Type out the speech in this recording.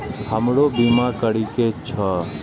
हमरो बीमा करीके छः?